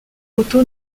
otto